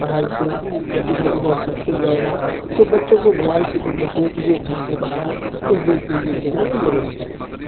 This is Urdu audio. پڑھائی سے یا ادھر ادھر سے پھر جائے گا تو بچوں کو موبائل سے دور رکھنے کے لیے گھر سے باہر کچھ دیر کے لیے بھیجنا ضروری ہے